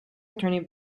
attorney